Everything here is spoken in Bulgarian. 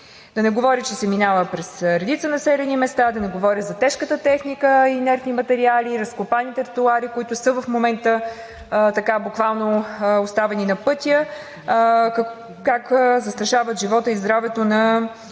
Да не говоря, че се минава през редица населени места, да не говоря за тежката техника, инертни материали, разкопаните тротоари, които в момента са буквално оставени на пътя, как застрашават живота и здравето в